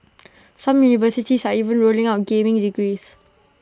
some universities are even rolling out gaming degrees